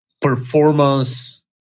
performance